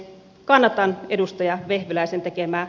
kannatan edustaja vehviläisen tekemää